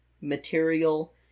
material